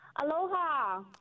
Aloha